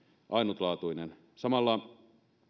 ainutlaatuinen samalla